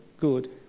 good